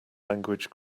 language